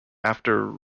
after